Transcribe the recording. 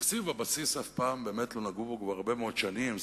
בבסיס התקציב באמת לא נגעו כבר הרבה מאוד שנים,